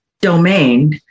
domain